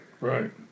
Right